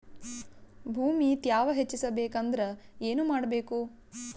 ಭೂಮಿ ತ್ಯಾವ ಹೆಚ್ಚೆಸಬೇಕಂದ್ರ ಏನು ಮಾಡ್ಬೇಕು?